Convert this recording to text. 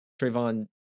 Trayvon